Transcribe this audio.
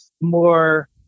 more